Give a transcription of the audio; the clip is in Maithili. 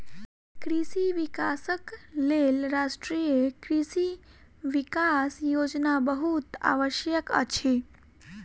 कृषि विकासक लेल राष्ट्रीय कृषि विकास योजना बहुत आवश्यक अछि